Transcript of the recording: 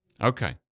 Okay